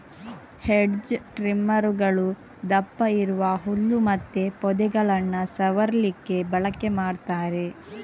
hedge ಟ್ರಿಮ್ಮರುಗಳು ದಪ್ಪ ಇರುವ ಹುಲ್ಲು ಮತ್ತೆ ಪೊದೆಗಳನ್ನ ಸವರ್ಲಿಕ್ಕೆ ಬಳಕೆ ಮಾಡ್ತಾರೆ